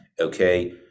okay